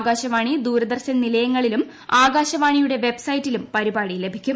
ആകാശവാണി ദൂരദർശൻ നിലയങ്ങളിലും ആകാശവാണിയുടെ വെബ്സൈറ്റിലും പരിപാടി ലഭിക്കും